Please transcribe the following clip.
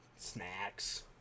snacks